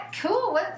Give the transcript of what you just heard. cool